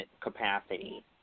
capacity